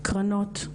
קרנות,